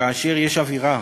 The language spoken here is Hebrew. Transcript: כאשר יש אווירה,